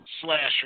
slasher